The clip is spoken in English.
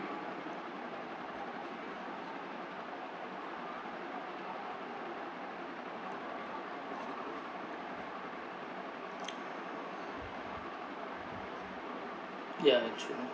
ya true